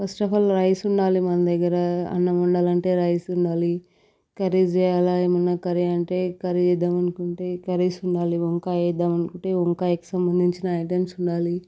first of all rice ఉండాలి మన దగ్గర అన్నం వండాలి అంటే రైస్ ఉండాలి కర్రీస్ చేయాలా ఏమైనా కర్రీ అంటే కర్రీ చేద్దామనుకుంటే కర్రీస్ ఉండాలి వంకాయ చేద్దామని అనుకుంటే వంకాయకు సంబంధించిన ఐటమ్స్ ఉండాలి